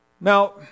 Now